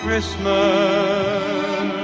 Christmas